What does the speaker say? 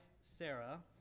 Sarah